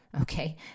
Okay